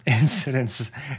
incidents